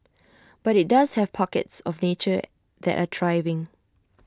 but IT does have pockets of nature that are thriving